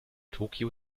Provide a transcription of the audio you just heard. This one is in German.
tokio